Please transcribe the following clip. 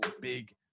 big